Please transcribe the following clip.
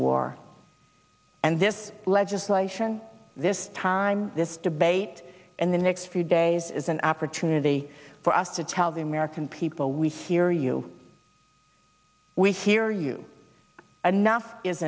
war and this legislation this time this debate and the next few days is an opportunity for us to tell the american people we fear you we fear you enough is